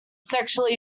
sexually